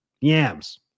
yams